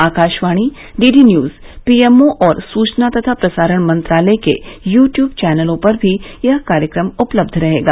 Akashvani D D news P M O और सूचना तथा प्रसारण मंत्रालय के यू ट्यूब चैनलों पर भी यह कार्यक्रम उपलब्ध रहेगा